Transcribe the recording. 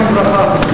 זיכרונו לברכה,